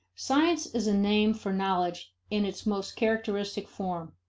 science is a name for knowledge in its most characteristic form.